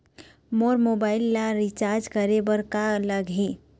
मोर mobile ला recharge करे बर का लगही?